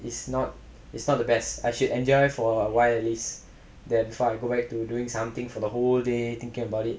it's not it's not the best I should enjoy for a while at least then before I go back to doing something for the whole day thinking about it